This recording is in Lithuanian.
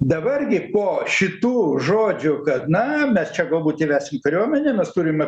dabar gi po šitų žodžių kad na mes čia galbūt įvesim kariuomenę mes turime